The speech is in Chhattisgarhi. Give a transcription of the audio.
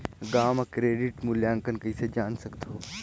गांव म क्रेडिट मूल्यांकन कइसे जान सकथव?